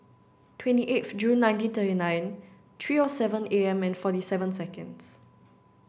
twenty eighth June nineteen thirty nine three O seven A M and forty seven seconds